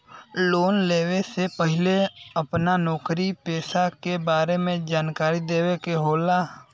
Loan लेवे से पहिले अपना नौकरी पेसा के बारे मे जानकारी देवे के होला?